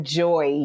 joy